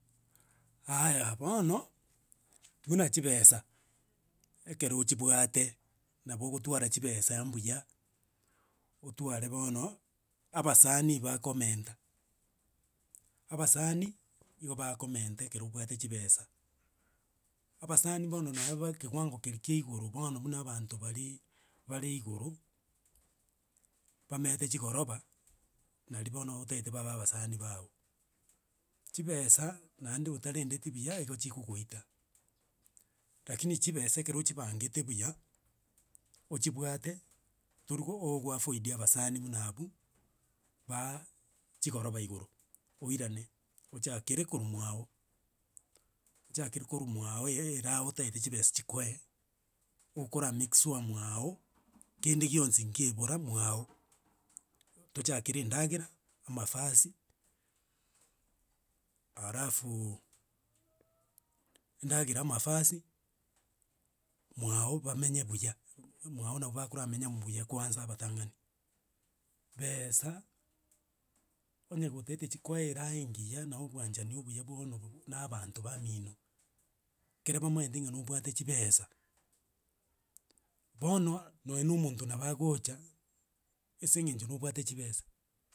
Haya, bono buna chibesa, ekero ochibwate nabo ogotwara chibesa mbuya, otware bono, abasani bakomenta, abasani igo bakomenta ekero obwate chibesa. Abasani bono nooba ekewango keria kia igoro bono buna abanto baria bare igoro, bamenyente chigoroba, nari bono otaete babe abasani bago. Chibesa, naende otarendeti buya igo chigogoita, rakini chibesa ekero ochibangete buya, ochibwate, torigo okoafoid abasani buna abwo, ba chigoroba igoro, oirane, ochakere korwa mwao e- eraha otaete chipesa chikoe. Okora make sure mwao kende gionsi nkebora mwago tochakere endagera, amafasi, alafuuuu, endagera amafasi, mwago bamenye buya, mwao nabobakora menya buuuya kwanza abatang'ani. besa, onye gotaete chikoe eraha engiya na obwanchani obuya bono na abanto bamino, ekere bamaete nobwate chibesa, bono nonye na omonto nabo agocha ase eng'encho nobwate chibesa.